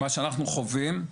מה שאנחנו חווים,